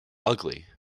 ugly